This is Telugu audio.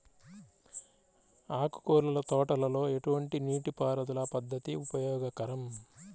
ఆకుకూరల తోటలలో ఎటువంటి నీటిపారుదల పద్దతి ఉపయోగకరం?